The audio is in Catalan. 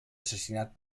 assassinat